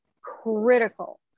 critical